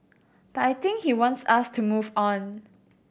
but I think he wants us to move on